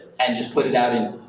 and just put it out in